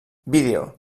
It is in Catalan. vídeo